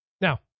now